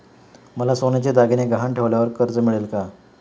मला सोन्याचे दागिने गहाण ठेवल्यावर कर्ज मिळेल का?